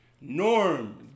Norm